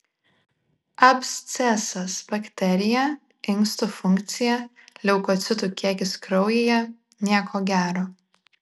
abscesas bakterija inkstų funkcija leukocitų kiekis kraujyje nieko gero